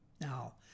Now